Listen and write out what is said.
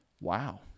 Wow